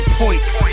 points